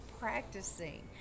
practicing